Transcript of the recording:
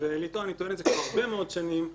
אני טוען את זה כבר הרבה מאוד שנים.